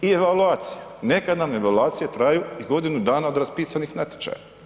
I evaluacija, nekad nam evaluacije traju i godine dana od raspisanih natječaja.